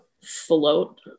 float